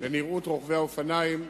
במהירות לרוכבי האופניים,